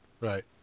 Right